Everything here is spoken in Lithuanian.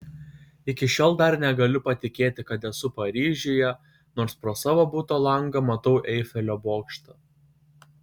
iki šiol dar negaliu patikėti kad esu paryžiuje nors pro savo buto langą matau eifelio bokštą